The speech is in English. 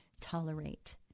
tolerate